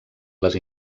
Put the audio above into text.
les